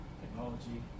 technology